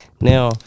Now